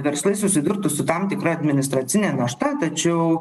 verslai susidurtų su tam tikra administracinė našta tačiau